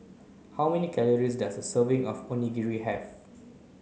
how many calories does a serving of Onigiri have